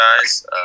guys